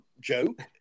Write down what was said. joke